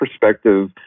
perspective